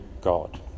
God